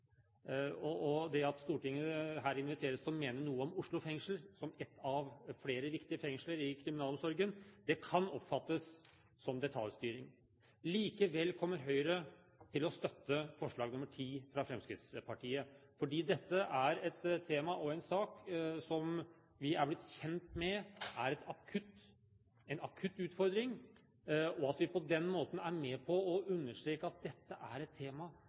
mene noe om Oslo fengsel som ett av flere viktige fengsler i kriminalomsorgen, kan oppfattes som detaljstyring. Likevel kommer Høyre til å støtte forslag nr. 10, fra Fremskrittspartiet, fordi dette er et tema og en sak som vi er blitt kjent med er en akutt utfordring – og på den måten er vi med på å understreke at dette er et tema